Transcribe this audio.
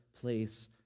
place